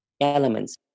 elements